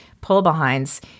pull-behinds